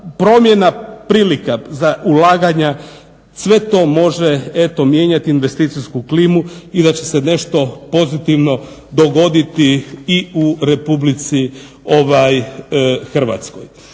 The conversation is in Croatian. promjena prilika za ulaganja sve to može eto mijenjati investicijsku klimu i da će se nešto pozitivno dogoditi i u RH.